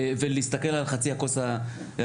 ולהסתכל על חצי הכוס המלאה.